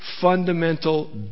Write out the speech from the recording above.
fundamental